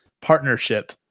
partnership